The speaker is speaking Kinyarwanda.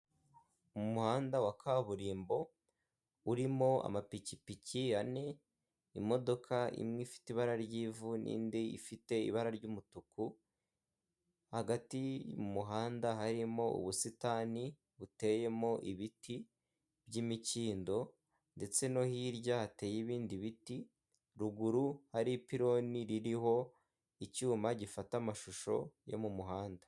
Umuhanda wa kaburimbo urimo amapikipiki ane, imodoka imwe ifite ibara ry'ivu n'indi ifite ibara ry'umutuku, hagati mu muhanda harimo ubusitani buteyemo ibiti by'imikindo ndetse no hirya hateye ibindi biti, ruguru hari ipiloni ririho icyuma gifata amashusho yo mu muhanda.